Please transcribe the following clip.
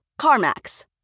CarMax